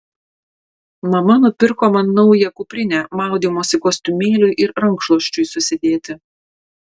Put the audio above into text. mama nupirko man naują kuprinę maudymosi kostiumėliui ir rankšluosčiui susidėti